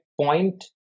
point